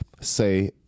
say